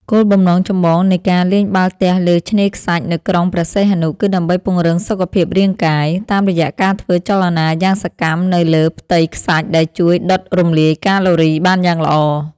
គោលបំណងចម្បងនៃការលេងបាល់ទះលើឆ្នេរខ្សាច់នៅក្រុងព្រះសីហនុ គឺដើម្បីពង្រឹងសុខភាពរាងកាយ តាមរយៈការធ្វើចលនាយ៉ាងសកម្មនៅលើផ្ទៃខ្សាច់ដែលជួយដុតរំលាយកាឡូរីបានយ៉ាងល្អ។